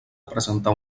presentar